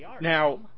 Now